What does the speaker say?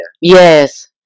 Yes